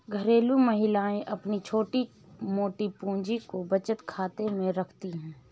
घरेलू महिलाएं अपनी छोटी मोटी पूंजी को बचत खाते में रखती है